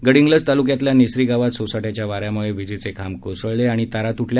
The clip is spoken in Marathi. गडहिंग्लज तालुक्यातल्या नेसरी गावात सोसाट्याच्या वाऱ्यामुळे विजेचे खांब कोसळले आणि तारा तुटल्या